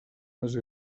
més